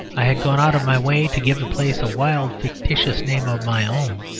i had gone out of my way to give the place a wild, fictitious name of my own,